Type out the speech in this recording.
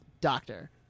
doctor